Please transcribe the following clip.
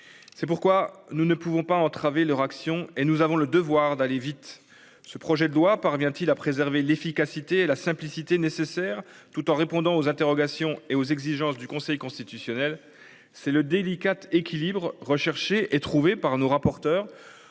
C'est pourquoi nous ne pouvons pas entraver leur action et nous avons le devoir d'aller vite. Ce projet de loi parvient-il à préserver l'efficacité et la simplicité nécessaires, tout en répondant aux interrogations et aux exigences du Conseil constitutionnel c'est le délicat équilibre recherché et trouvé par nos rapporteurs